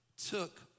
took